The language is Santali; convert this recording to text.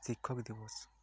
ᱥᱤᱠᱷᱚᱠ ᱫᱤᱵᱚᱥ